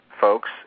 folks